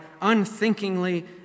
unthinkingly